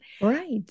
Right